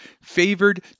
favored